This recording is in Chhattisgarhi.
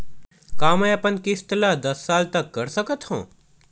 का मैं अपन किस्त ला दस साल तक कर सकत हव?